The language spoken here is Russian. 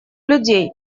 людей